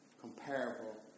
comparable